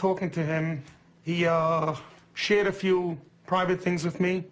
talking to him he shared a few private things with me